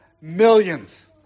millions